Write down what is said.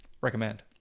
recommend